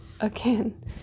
again